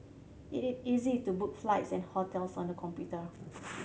it is easy to book flights and hotels on the computer